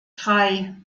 drei